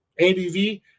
ABV